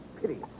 Pity